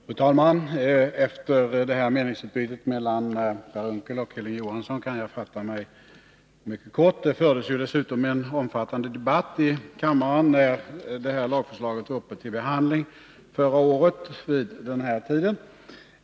Fru talman! Efter meningsutbytet mellan Per Unckel och Hilding Johansson kan jag fatta mig mycket kort. Det fördes dessutom en omfattande debatt i kammaren när detta lagförslag var uppe till behandling förra året vid den här tiden.